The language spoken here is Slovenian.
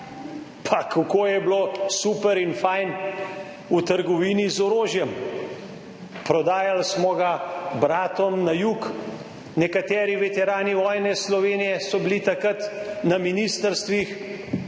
Pa kako je bilo super in fajn v trgovini z orožjem, prodajali smo ga bratom na jug. Nekateri veterani vojne za Slovenijo so bili takrat na ministrstvih,